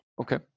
Okay